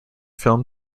film